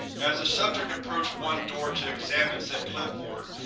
as the subject approached one door to examine said clipboard,